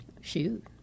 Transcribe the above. Shoot